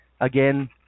Again